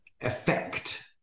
effect